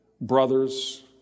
brothers